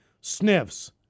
Sniffs